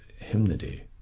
hymnody